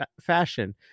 fashion